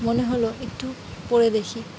মনে হলো একটু পড়ে দেখি